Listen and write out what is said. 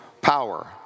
power